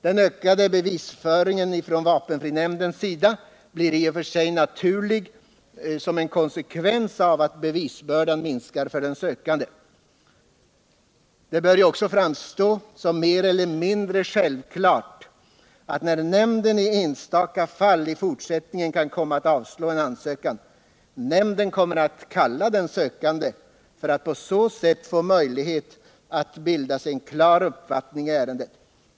Den ökade bevisföringen från vapenfrinämndens sida blir i och för sig en naturlig konsekvens av att bevisbördan minskar för den sökande. Det bör också framstå som mer eller mindre självklart, att när nämnden i enstaka fall i fortsättningen kan komma att avslå en ansökan, nämnden kommer att kalla den sökande för att på så sätt få möjlighet att bilda sig en klar uppfattning i ärendet.